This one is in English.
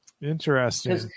Interesting